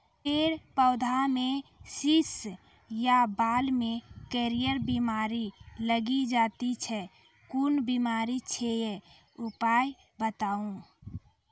फेर पौधामें शीश या बाल मे करियर बिमारी लागि जाति छै कून बिमारी छियै, उपाय बताऊ?